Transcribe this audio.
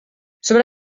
sobre